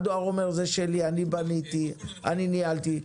הדואר אומר: זה שלי, אני בניתי, אני ניהלתי.